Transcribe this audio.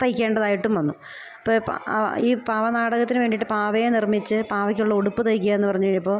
തയ്ക്കേണ്ടതായിട്ടും വന്നു അപ്പോൾ ആ പാവ ഈ പാവനാടകത്തിനു വേണ്ടിയിട്ട് പാവയെ നിർമ്മിച്ച് പാവയ്ക്കുള്ള ഉടുപ്പ് തയ്ക്കാമെന്നു പറഞ്ഞു കഴിയുമ്പോൾ